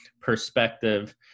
perspective